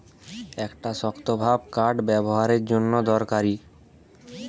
একটা শক্তভাব কাঠ ব্যাবোহারের জন্যে দরকারি